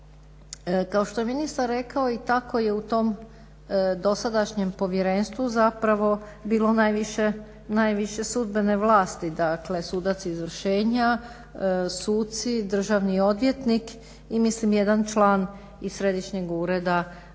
kao što je ministar rekao i tako je u tom dosadašnjem povjerenstvu zapravo bilo najviše sudbene vlasti, dakle sudac izvršenja, suci, državni odvjetnik i mislim jedan član iz središnjeg ureda